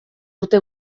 urte